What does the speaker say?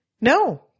no